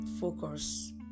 focus